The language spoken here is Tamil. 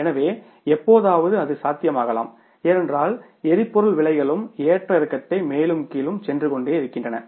எனவே எப்போதாவது அது சாத்தியமாகலாம் ஏனென்றால் எரிபொருள் விலைகளும் ஏற்ற இறக்கத்தை மேலும் கீழும் சென்றுகொண்டே இருக்கின்றன